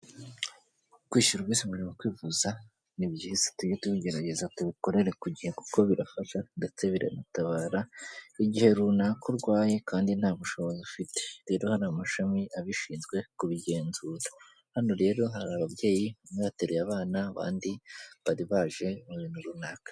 Kwishyura umurimo kwivuza ni byiza tujye tubigerageza tubikorere ku gihe kuko birafasha ndetse biranatabara igihe runaka urwaye kandi nta bushobozi ufite rero hano amashami abishinzwe kubigenzura hano rero hari ababyeyi mwiteruye abana abandi bari baje mu bintu runaka.